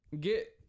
Get